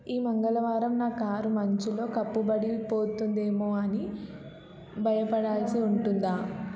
ఈ మంగళవారం నా కారు మంచులో కప్పుబడిపోతుందేమో అని భయపడాల్సి ఉంటుందా